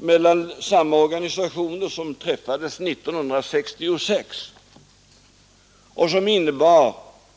Mellan samma organisationer träffades 1966 ett samarbetsavtal som innebar